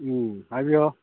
ꯎꯝ ꯍꯥꯏꯕꯤꯎ